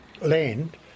land